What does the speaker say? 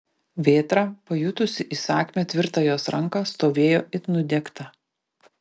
vėtra pajutusi įsakmią tvirtą jos ranką stovėjo it nudiegta